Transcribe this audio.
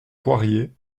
poirier